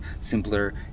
simpler